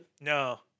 No